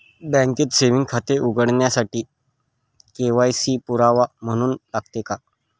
बँकेत सेविंग खाते उघडण्यासाठी के.वाय.सी पुरावा म्हणून लागते का?